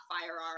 firearm